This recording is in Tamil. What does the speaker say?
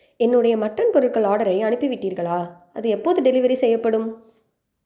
என்னுடைய மட்டன் பொருட்கள் ஆர்டரை அனுப்பிவிட்டீர்களா அது எப்போது டெலிவரி செய்யப்படும்